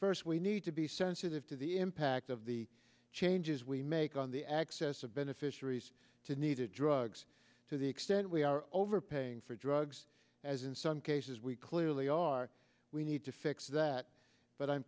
first we need to be sensitive to the impact of the changes we make on the access of beneficiaries to needed drugs to the extent we are overpaying for drugs as in some cases we clearly are we need to fix that but i'm